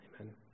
Amen